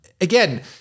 again